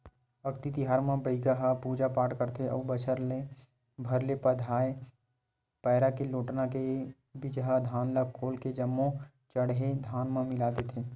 अक्ती तिहार म बइगा ह पूजा पाठ करथे अउ बछर भर ले बंधाए पैरा के लोटना के बिजहा धान ल खोल के जम्मो चड़हे धान म मिला देथे